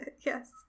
Yes